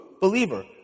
believer